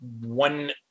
one